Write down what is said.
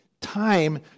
time